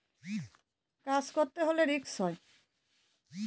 কাজ করতে হলে রিস্ক হয়